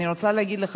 אני רוצה להגיד לך,